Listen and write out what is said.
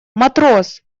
матрос